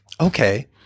okay